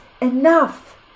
enough